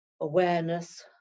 awareness